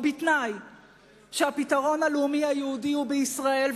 ובתנאי שהפתרון הלאומי היהודי הוא בישראל,